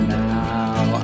now